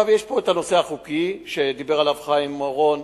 יש פה הנושא החוקי שדיבר עליו חיים אורון,